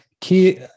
key